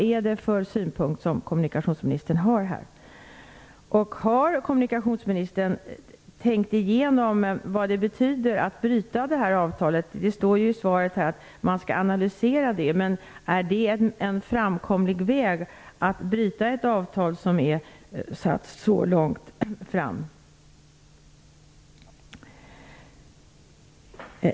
Vilken synpunkt har kommunikationsministern? Har kommunikationsministern tänkt igenom vad det betyder att bryta avtalet? Det står i svaret att man skall analysera frågan, men är det en framkomlig väg att bryta ett avtal som löper så långt fram?